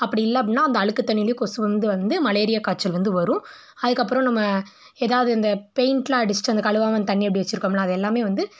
அப்படி இல்லை அப்பிடின்னா அந்த அழுக்கு தண்ணிலேயே கொசு வந்து வந்து மலேரியா காய்ச்சல் வந்து வரும் அதுக்கப்பறம் நம்ம எதாவது இந்த பெயிண்ட்லாம் அடிச்சுட்டு அந்த கழுவாமல் அந்த தண்ணியை அப்படியே வைச்சிருக்கோம்ல அதை எல்லாம் வந்து